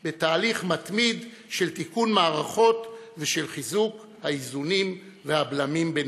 בתהליך מתמיד של תיקון מערכות ושל חיזוק האיזונים והבלמים ביניהן.